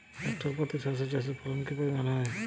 Hectare প্রতি সর্ষে চাষের ফলন কি পরিমাণ হয়?